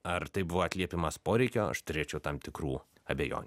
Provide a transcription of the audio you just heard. ar tai buvo atliepimas poreikio aš turėčiau tam tikrų abejonių